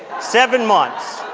seven months,